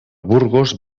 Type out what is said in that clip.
burgos